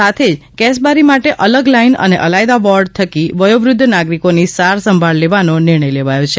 સાથે જ કેસબારી માટે અલગ લાઇન અને અલાયદાં વોર્ડ થકી વયોવૃદ્ધ નાગરિકોની સારસંભાળ લેવાનો નિર્ણય લેવાથો છે